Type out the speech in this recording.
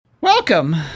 Welcome